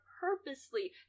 purposely